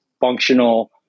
functional